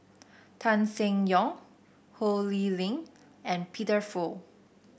Tan Seng Yong Ho Lee Ling and Peter Fu